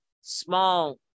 small